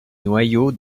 noyau